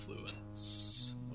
Influence